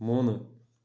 മൂന്ന്